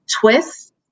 twist